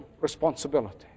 responsibility